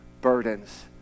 burdens